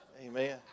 Amen